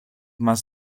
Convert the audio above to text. mass